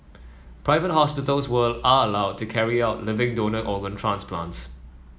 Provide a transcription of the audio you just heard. private hospitals are allowed to carry out living donor organ transplants